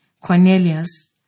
Cornelius